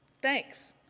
thanks.